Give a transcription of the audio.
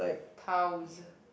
thousand